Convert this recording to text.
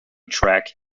track